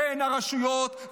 בין הרשויות,